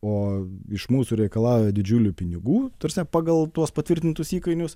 o iš mūsų reikalauja didžiulių pinigų ta prasme pagal tuos patvirtintus įkainius